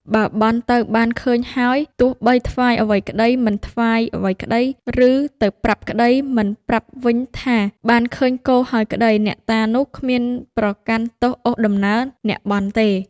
បើបន់ទៅបានឃើញហើយ ទោះបីថ្វាយអ្វីក្ដី មិនថ្វាយអ្វីក្ដី ឬ ទៅប្រាប់ក្ដី មិនប្រាប់វិញថា បានឃើញគោហើយក្ដី អ្នកតានោះគ្មានប្រកាន់ទោសអូសដំណើរអ្នកបន់ទេ ។